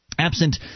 Absent